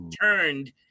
turned